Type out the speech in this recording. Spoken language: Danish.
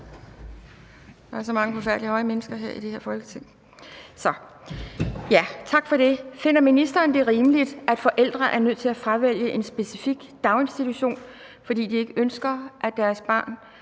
spørgsmålet. Værsgo. Kl. 13:53 Pia Kjærsgaard (DF): Tak for det. Finder ministeren det rimeligt, at forældre er nødt til at fravælge en specifik daginstitution, fordi de ikke ønsker, at deres barn